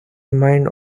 mind